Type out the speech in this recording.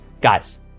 Guys